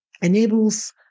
enables